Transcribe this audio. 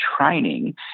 training